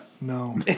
No